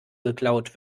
geklaut